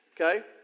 okay